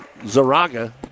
Zaraga